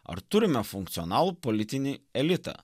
ar turime funkcionalų politinį elitą